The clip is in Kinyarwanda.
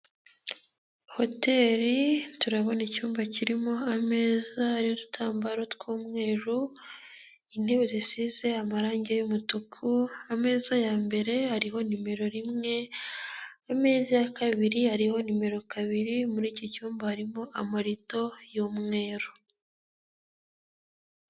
Hoteri turabona icyumba kirimo ameza ariho udutambaro tw'umweru, intebe zisize amarange y'umutuku ameza ya mbere ariho nimero rimwe, ameza ya kabiri ariho nimero kabiri, muri iki cyumba harimo amarido y'umweru.